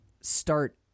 start